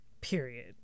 period